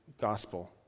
gospel